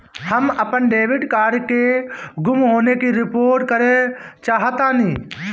हम अपन debit card के गुम होने की रिपोर्ट करे चाहतानी